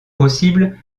possibles